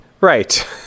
Right